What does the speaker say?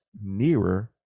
nearer